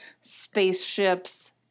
spaceships